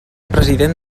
president